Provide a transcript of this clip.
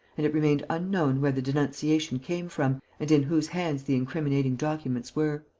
and it remained unknown where the denunciation came from and in whose hands the incriminating documents were.